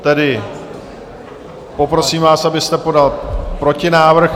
Tedy poprosím vás, abyste podal protinávrh.